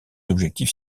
objectifs